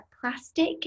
plastic